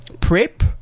PrEP